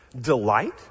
delight